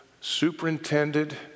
superintended